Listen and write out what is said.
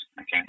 okay